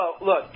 look